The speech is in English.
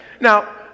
Now